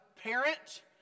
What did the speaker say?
parent